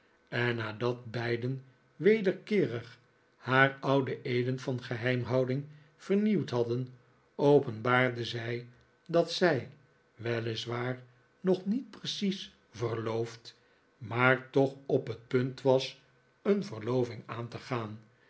en nadat beiden wederkeerig haar oude eeden van geheimhouding vernieuwd hadden openbaarde zij dat zij wel is waar nog niet precies verloofd maar toch op het punt was een verloving aan te gaan